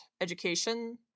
education